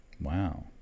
Wow